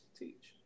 teach